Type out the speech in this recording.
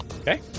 Okay